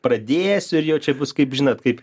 pradėjęs ir jau čia bus kaip žinot kaip